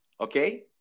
Okay